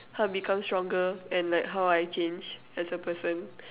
how I become stronger and like how I change as a person